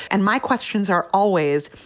and my questions are always,